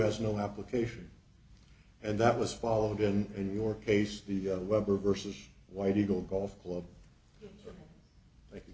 has no application and that was followed in in your case the weber versus white eagle golf club